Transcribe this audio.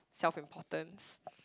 self importance